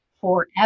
forever